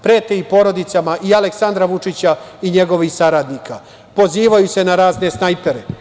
Prete i porodicama i Aleksandra Vučića i njegovih saradnika, pozivaju se na razne snajpere.